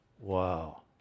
Wow